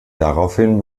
daraufhin